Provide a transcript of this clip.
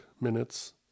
minutes